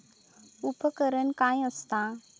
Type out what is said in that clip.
उपकरण काय असता?